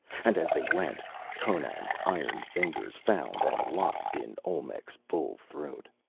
and as they went conan's iron fingers found and locked in olmec's bull-throat.